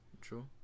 true